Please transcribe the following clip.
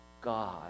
God